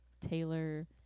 Taylor